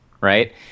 right